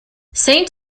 saint